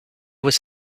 was